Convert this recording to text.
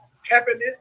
happiness